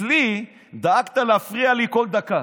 אצלי דאגת להפריע לי כל דקה,